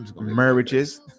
marriages